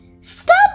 stop